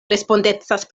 respondecas